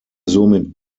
somit